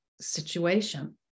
situation